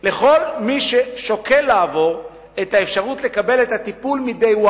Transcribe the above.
לכל מי ששוקל לעבור את האפשרות לקבל את הטיפול מיידי.